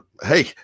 hey